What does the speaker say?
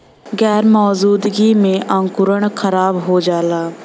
गैर मौजूदगी में अंकुरण खराब हो जाला